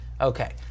Okay